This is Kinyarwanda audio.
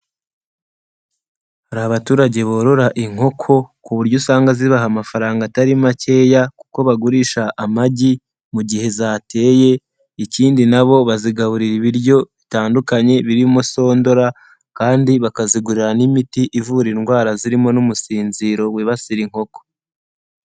Hari abaturage borora inkoko ku buryo usanga zibaha amafaranga atari makeya kuko bagurisha amagi mu gihe zateye, ikindi nabo bazigaburira ibiryo bitandukanye, birimo sondora kandi bakazigurira n'imiti ivura indwara zirimo n'umusinziro, wibasira inkoko.